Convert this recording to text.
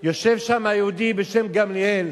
יושב שם יהודי בשם גמליאל